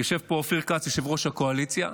יושב פה אופיר כץ, יושב-ראש הקואליציה,